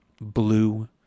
blue